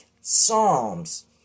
Psalms